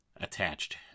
attached